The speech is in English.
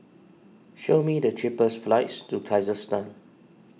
show me the cheapest flights to Kazakhstan